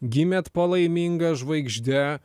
gimėt po laiminga žvaigžde